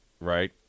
right